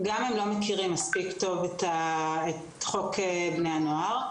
אבל הם לא מכירים מספיק טוב את חוק בני הנוער,